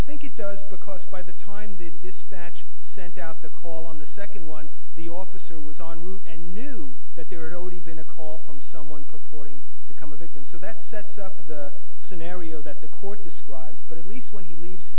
think it does because by the time the dispatch sent out the call on the second one the officer was on route and knew that there were already been a call from someone purporting to come a victim so that sets up the scenario that the court describes but at least when he leaves the